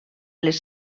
les